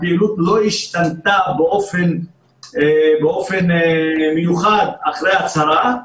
הפעילות לא השתנתה באופן מיוחד אחרי ההצהרה.